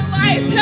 life